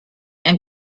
and